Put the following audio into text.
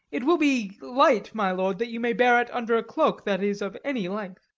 it will be light, my lord, that you may bear it under a cloak that is of any length.